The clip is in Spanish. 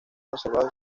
conservados